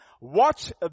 Watch